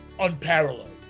unparalleled